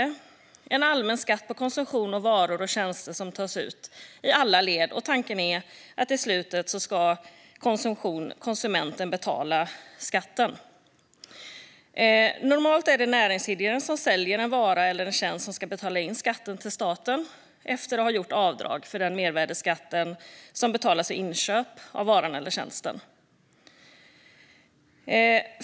Det är en allmän skatt på konsumtion av varor och tjänster som tas ut i alla led. Tanken är att det är konsumenten som till slut ska betala skatten. Normalt är det den näringsidkare som säljer en vara eller tjänst som ska betala in skatten till staten efter att ha gjort avdrag för den mervärdesskatt som betalas vid inköp av varan eller tjänsten.